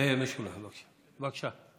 משולם, בבקשה.